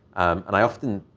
and i often,